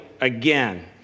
again